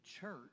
church